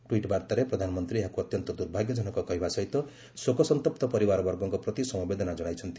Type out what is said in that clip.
tweet ବାର୍ତ୍ତାରେ ପ୍ରଧାନମନ୍ତ୍ରୀ ଏହାକୁ ଅତ୍ୟନ୍ତ ଦୁର୍ଭାଗ୍ୟଜନକ କହିବା ସହିତ ଶୋକସନ୍ତପ୍ତ ପରିବାରବର୍ଗଙ୍କ ପ୍ରତି ସମବେଦନା ଜଣାଇଛନ୍ତି